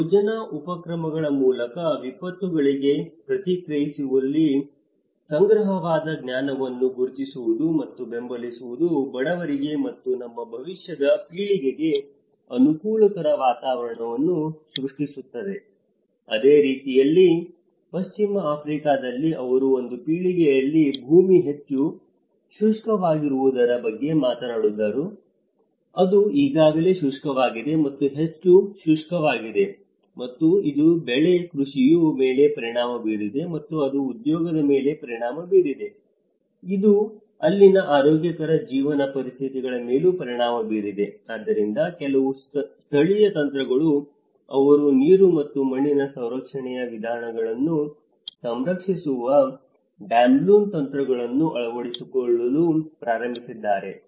ಯೋಜನಾ ಉಪಕ್ರಮಗಳ ಮೂಲಕ ವಿಪತ್ತುಗಳಿಗೆ ಪ್ರತಿಕ್ರಿಯಿಸುವಲ್ಲಿ ಸಂಗ್ರಹವಾದ ಜ್ಞಾನವನ್ನು ಗುರುತಿಸುವುದು ಮತ್ತು ಬೆಂಬಲಿಸುವುದು ಬಡವರಿಗೆ ಮತ್ತು ನಮ್ಮ ಭವಿಷ್ಯದ ಪೀಳಿಗೆಗೆ ಅನುಕೂಲಕರ ವಾತಾವರಣವನ್ನು ಸೃಷ್ಟಿಸುತ್ತದೆ ಅದೇ ರೀತಿಯಲ್ಲಿ ಪಶ್ಚಿಮ ಆಫ್ರಿಕಾದಲ್ಲಿ ಅವರು ಒಂದು ಪೀಳಿಗೆಯಲ್ಲಿ ಭೂಮಿ ಹೆಚ್ಚು ಶುಷ್ಕವಾಗುವುದರ ಬಗ್ಗೆ ಮಾತನಾಡಿದರು ಅದು ಈಗಾಗಲೇ ಶುಷ್ಕವಾಗಿದೆ ಮತ್ತು ಹೆಚ್ಚು ಶುಷ್ಕವಾಗುತ್ತದೆ ಮತ್ತು ಇದು ಬೆಳೆ ಕೃಷಿಯ ಮೇಲೆ ಪರಿಣಾಮ ಬೀರಿದೆ ಮತ್ತು ಅದು ಉದ್ಯೋಗದ ಮೇಲೆ ಪರಿಣಾಮ ಬೀರಿದೆ ಇದು ಅಲ್ಲಿನ ಆರೋಗ್ಯಕರ ಜೀವನ ಪರಿಸ್ಥಿತಿಗಳ ಮೇಲೂ ಪರಿಣಾಮ ಬೀರಿದೆ ಆದ್ದರಿಂದ ಕೆಲವು ಸ್ಥಳೀಯ ತಂತ್ರಗಳು ಅವರು ನೀರು ಮತ್ತು ಮಣ್ಣಿನ ಸಂರಕ್ಷಣೆಯ ವಿಧಾನಗಳನ್ನು ಸಂರಕ್ಷಿಸುವ ಡ್ಯಾಮ್ಲೂನ್ ತಂತ್ರಗಳನ್ನು ಅಳವಡಿಸಿಕೊಳ್ಳಲು ಪ್ರಾರಂಭಿಸಿದ್ದಾರೆ